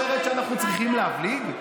אז את אומרת שאנחנו צריכים להבליג?